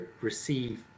receive